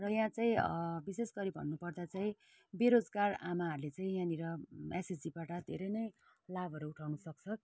र यहाँ चाहिँ विशेष गरी भन्नुपर्दा चाहिँ बेरोजगार आमाहरले चाहिँ यहाँनिर एसएचजीबाट धेरै नै लाभहरू उठाउन सक्छ